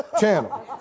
channel